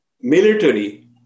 military